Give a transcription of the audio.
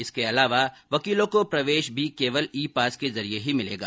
इसके अलावा वकीलों को प्रवेश भी केवल ई पास जरिए ही मिलेगा